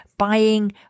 buying